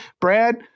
Brad